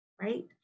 Right